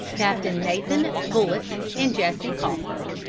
captain nathan bullit and jesse coffer.